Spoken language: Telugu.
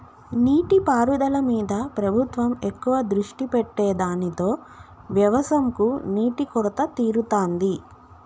నీటి పారుదల మీద ప్రభుత్వం ఎక్కువ దృష్టి పెట్టె దానితో వ్యవసం కు నీటి కొరత తీరుతాంది